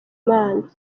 imana